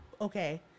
okay